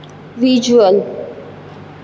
visual